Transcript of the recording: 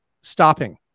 stopping